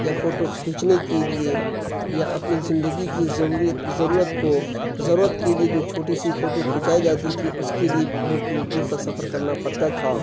یا فوٹو کھیچنے کی لیے یا اپنی زندگی کی ضروریت ضرورت کو ضرورت کے لیے جو چھوٹی سی فوٹو کھنچائی جاتی تھی اس کی لیے بھی بہت دور دور کا سفر کرنا پڑتا تھا